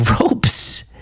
ropes